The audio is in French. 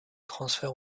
transfert